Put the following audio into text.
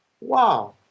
Wow